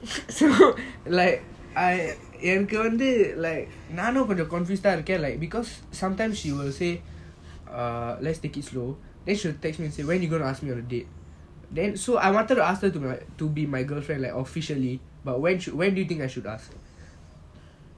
so like I am என்னக்கு வந்து நானும் கொஞ்சம்:ennaku vanthu naanum konjam confused eh இருக்கான்:irukan because sometimes she will say err let's take it slow then she will text me and say when you gonna ask me on a date then so I wanted to ask her to right to be my girlfriend like officially but when when do you think I should ask